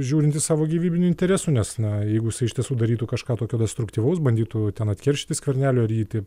žiūrintis savo gyvybinių interesų nes na jeigu iš tiesų darytų kažką tokio destruktyvaus bandytų ten atkeršyti skverneliui ar jį taip